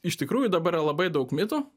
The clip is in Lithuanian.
iš tikrųjų dabar yra labai daug mitų